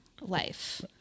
life